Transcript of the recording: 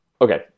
Okay